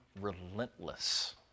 relentless